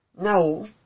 No